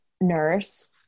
nurse